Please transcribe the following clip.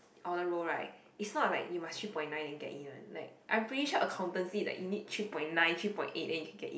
overall right is not like you must three point nine and get in like I finish accountancy you need three point nine three point eight to get in